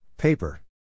Paper